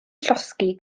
llosgi